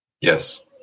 Yes